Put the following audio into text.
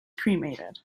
cremated